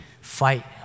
fight